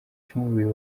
cy’umubiri